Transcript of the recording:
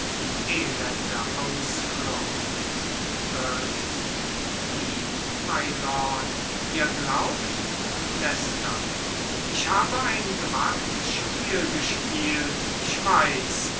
elende ausflucht burleigh wie mylord ihr glaubt leicester ich habe ein gewagtes spiel gespielt ich weiß und